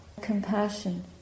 compassion